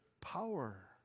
power